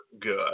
good